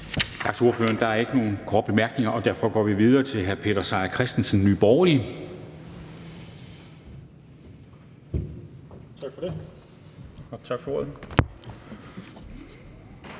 Tak til ordføreren. Der er ikke nogen korte bemærkninger, og derfor går vi videre til hr. Peter Seier Christensen, Nye